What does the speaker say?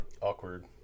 Awkward